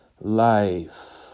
life